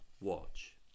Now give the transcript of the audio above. watch